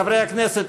חברי הכנסת,